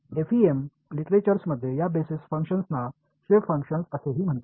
FEM लिटरेचरमध्ये या basis फंक्शन्सना शेप फंक्शन असेही म्हणतात